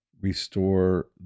Restore